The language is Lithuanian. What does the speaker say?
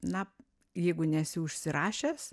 na jeigu nesi užsirašęs